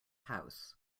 house